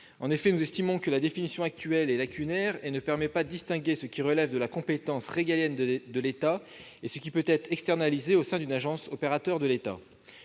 En effet, nous estimons que la définition actuelle est lacunaire et ne permet pas de distinguer ce qui relève de la compétence régalienne de l'État et ce qui peut être externalisé au sein d'une agence, opérateur de l'État.